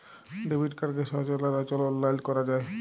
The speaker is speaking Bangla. ডেবিট কাড়কে সচল আর অচল অললাইলে ক্যরা যায়